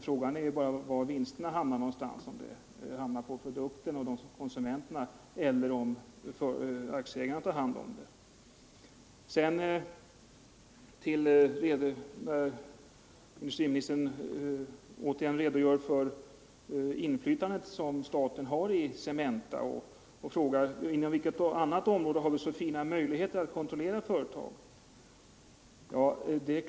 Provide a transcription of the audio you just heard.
Frågan är bara var vinsterna hamnar: om de genom produkten kommer konsumenterna till godo eller om aktieägarna tar hand om dem. Industriministern redogjorde återigen för det inflytande som staten har i Cementa och frågade: Inom vilket annat område har vi så fina möjligheter att kontrollera företagen?